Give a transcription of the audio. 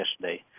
yesterday